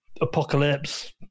Apocalypse